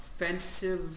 offensive